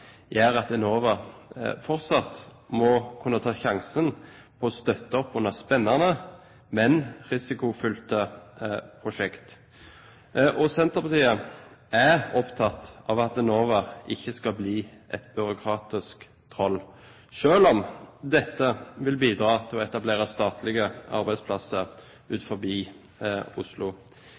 gjør at Enova fortsatt må kunne ta sjansen på å støtte opp under spennende, men risikofylte prosjekt. Senterpartiet er opptatt av at Enova ikke skal bli et byråkratisk troll, selv om dette vil bidra til å etablere statlige arbeidsplasser utenfor Oslo.